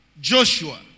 Joshua